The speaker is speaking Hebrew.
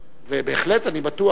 בהחלט, אני בטוח.